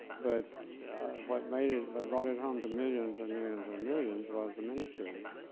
but what made it, what brought it home to millions and millions and millions was the miniseries.